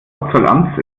hauptzollamts